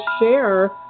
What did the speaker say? share